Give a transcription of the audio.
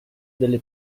delle